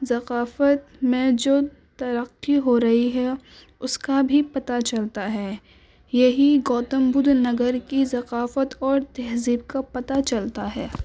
ثقافت میں جو ترقی ہو رہی ہے اس کا بھی پتہ چلتا ہے یہی گوتم بدھ نگر کی ثقافت اور تہذیب کا پتہ چلتا ہے